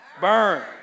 burn